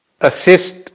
assist